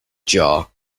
jar